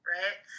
right